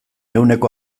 ehuneko